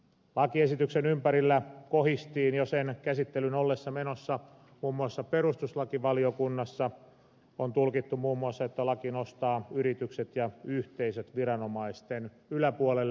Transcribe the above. lakiesityksen ympärillä kohistiin jo sen käsittelyn ollessa menossa muun muassa perustuslakivaliokunnassa on tulkittu muun muassa että laki nostaa yritykset ja yhteisöt viranomaisten yläpuolelle